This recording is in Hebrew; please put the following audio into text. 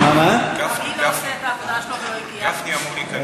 גפני אמור להיכנס.